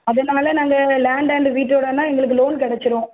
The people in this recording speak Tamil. அது என்ன வில நாங்கள் லேண்ட் அண்ட் வீட்டோடன்னா எங்களுக்கு லோன் கிடச்சிரும்